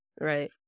Right